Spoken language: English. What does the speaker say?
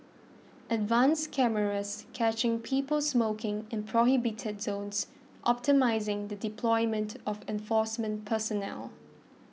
advanced cameras catching people smoking in prohibited zones optimising the deployment of enforcement personnel